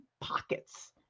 pockets